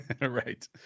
Right